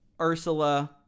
Ursula